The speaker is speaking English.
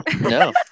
No